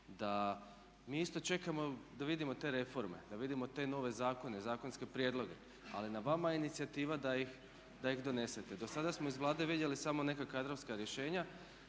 da mi isto čekamo da vidimo te reforme, da vidimo te nove zakone, zakonske prijedloge. Ali na vama je inicijativa da ih donesete. Do sada smo iz Vlade vidjeli samo neka kadrovska rješenja,